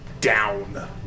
down